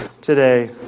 today